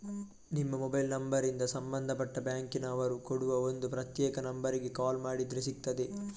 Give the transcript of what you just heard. ನಿಮ್ಮ ಮೊಬೈಲ್ ನಂಬರಿಂದ ಸಂಬಂಧಪಟ್ಟ ಬ್ಯಾಂಕಿನ ಅವರು ಕೊಡುವ ಒಂದು ಪ್ರತ್ಯೇಕ ನಂಬರಿಗೆ ಕಾಲ್ ಮಾಡಿದ್ರೆ ಸಿಗ್ತದೆ